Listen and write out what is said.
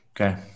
okay